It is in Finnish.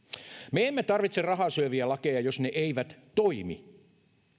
me emme tarvitse rahaa syöviä lakeja jos ne eivät toimi olisiko